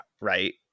right